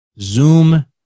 Zoom